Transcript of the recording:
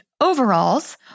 overalls